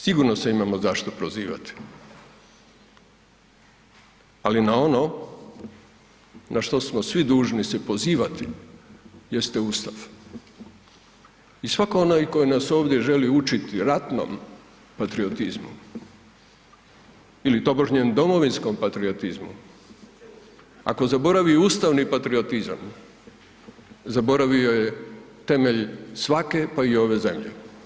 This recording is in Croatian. Sigurno se imamo zašto prozivati, ali na ono na što smo svi dužni se pozivati jeste Ustav i svako onaj koji nas ovdje želi učiti ratnom patriotizmu ili tobožnjem domovinskom patriotizmu, ako zaboravi ustavni patriotizam zaboravio je temelj svake pa i ove zemlje.